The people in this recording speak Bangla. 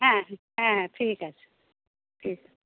হ্যাঁ হ্যাঁ ঠিক আছে ঠিক আছে